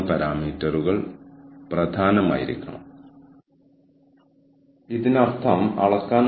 പക്ഷേ നിങ്ങൾക്കറിയാവുന്നതുപോലെ ജീവനക്കാർ അവരെ ന്യായമായി കാണുന്നതുവരെ അവരെ ന്യായമായി കണക്കാക്കാനാവില്ല